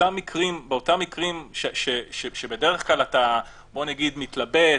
באותם מקרים שבדרך כלל אתה מתלבט,